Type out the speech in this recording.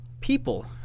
people